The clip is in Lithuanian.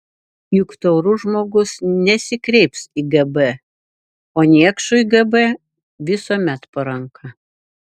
juk taurus žmogus nesikreips į gb o niekšui gb visuomet po ranka